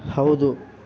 ಹೌದು